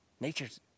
Nature's